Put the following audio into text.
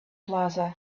plaza